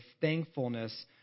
thankfulness